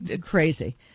crazy